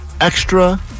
extra